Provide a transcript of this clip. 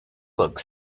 look